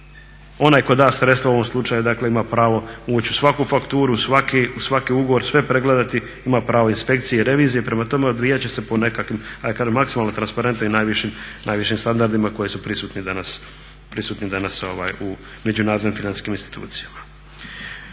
Onaj tko da sredstva u ovom slučaju dakle ima pravo ući u svaku fakturu, u svaki ugovor, sve pregledati, ima pravo inspekcije i revizije, prema tome odvijat će se po nekakvim ajde da kažem maksimalno transparentnim i najvišim standardima koji su prisutni danas u međunarodnim financijskim institucijama.